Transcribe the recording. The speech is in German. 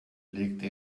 legte